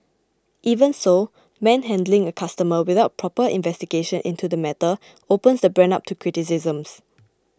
even so manhandling a customer without proper investigation into the matter opens the brand up to criticisms